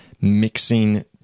mixing